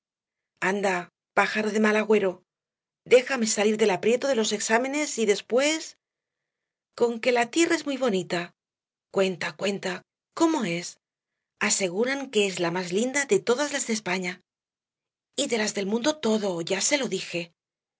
anda pájaro de mal agüero déjame salir del aprieto de los exámenes y después conque la tierra es muy bonita cuenta cuenta cómo es aseguran que es la más linda de todas las de españa y de las del mundo todo ya se lo dije contestó